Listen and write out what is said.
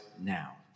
now